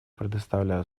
предоставлю